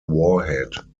warhead